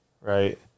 right